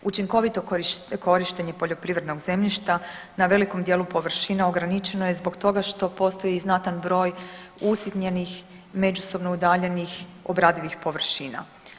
Učinkovito korištenje poljoprivrednog zemljišta na velikom dijelu površina ograničeno je zbog toga što postoji znatan broj usitnjenih, međusobno udaljenih obradivih površina.